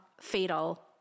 fatal